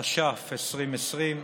התש"ף 2020,